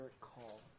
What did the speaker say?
call